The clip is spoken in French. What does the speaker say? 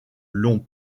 longs